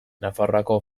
nafarroako